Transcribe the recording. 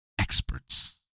experts